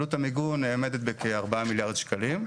עלות המיגון נאמדת בכ-4 מיליארד שקלים.